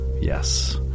yes